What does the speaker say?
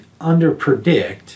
underpredict